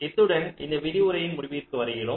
இத்துடன் இந்த விரிவுரையின் முடிவிற்கு வருகிறோம்